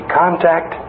contact